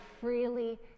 freely